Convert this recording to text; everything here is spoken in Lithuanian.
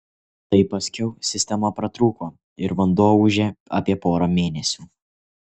tai paskiau sistema pratrūko ir vanduo ūžė apie porą mėnesių